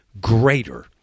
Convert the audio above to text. greater